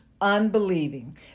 unbelieving